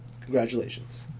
Congratulations